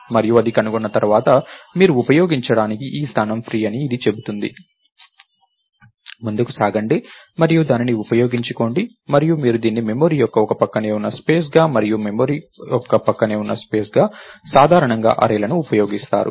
మరియు అది కనుగొన్న తర్వాత మీరు ఉపయోగించడానికి ఈ స్థానం ఫ్రీ అని ఇది చెబుతుంది ముందుకు సాగండి మరియు దానిని ఉపయోగించుకోండి మరియు మీరు దీన్ని మెమరీ యొక్క ఒక పక్కనే ఉన్న స్పేస్ గా మరియు మెమరీ యొక్క ప్రక్కనే ఉన్న స్పేస్ గా సాధారణంగా అర్రేల ను ఉపయోగిస్తారు